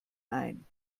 ein